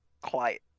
quiet